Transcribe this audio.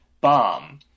bomb